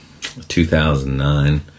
2009